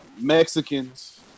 Mexicans